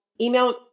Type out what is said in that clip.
email